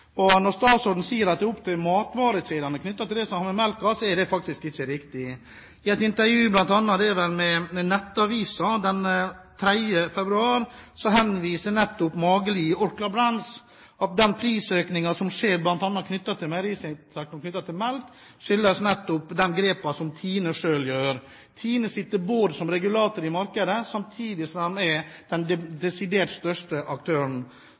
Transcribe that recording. Når statsråden sier at det er opp til matvarekjedene å bestemme melkeprisen, er det faktisk ikke riktig. I et intervju med Nettavisen den 3. februar henviser nettopp Mageli i Orkla Brands til at den prisøkningen som skjer på meierisektoren knyttet til melk, skyldes nettopp de grepene som TINE selv gjør. TINE sitter som regulator i markedet, samtidig som de er den desidert største aktøren.